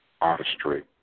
artistry